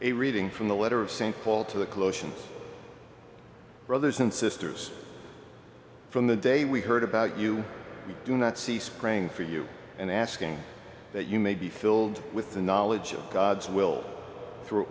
a reading from the letter of st paul to the close in brothers and sisters from the day we heard about you we do not see spring for you and asking that you may be filled with the knowledge of god's will through